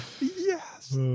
Yes